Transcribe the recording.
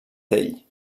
tell